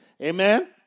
Amen